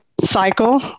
cycle